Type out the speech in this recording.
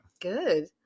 Good